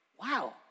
Wow